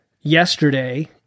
yesterday